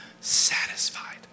satisfied